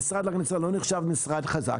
המשרד להגנת הסביבה לא נחשב משרד חזק,